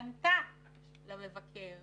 פנתה למבקר